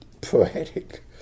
poetic